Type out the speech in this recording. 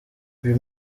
uyu